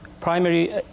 primary